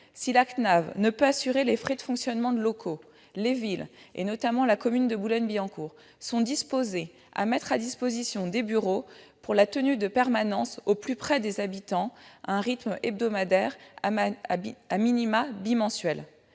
si la CNAV ne peut assurer les frais de fonctionnement de locaux, les villes, notamment la commune de Boulogne-Billancourt, sont disposées à mettre à disposition des bureaux pour la tenue de permanences au plus près des habitants à un rythme hebdomadaire, ou bimensuel.